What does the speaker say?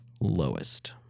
lowest